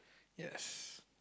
yes